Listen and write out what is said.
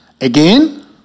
again